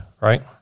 right